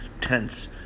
tense